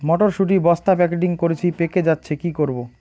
মটর শুটি বস্তা প্যাকেটিং করেছি পেকে যাচ্ছে কি করব?